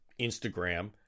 Instagram